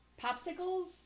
popsicles